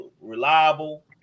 reliable